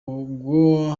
ubwo